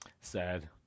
Sad